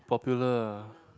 popular uh